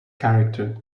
character